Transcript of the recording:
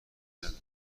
ندارین